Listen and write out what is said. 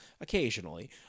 occasionally